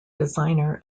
designer